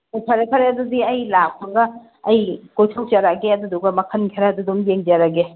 ꯑꯣ ꯐꯔꯦ ꯐꯔꯦ ꯑꯗꯨꯗꯤ ꯑꯩ ꯂꯥꯛꯄꯒ ꯑꯩ ꯀꯣꯏꯊꯣꯛꯆꯔꯛꯑꯒꯦ ꯑꯗꯨꯗꯨꯒ ꯃꯈꯟ ꯈꯔꯗꯨꯗꯨꯝ ꯌꯦꯡꯖꯔꯒꯦ